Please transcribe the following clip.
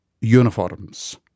uniforms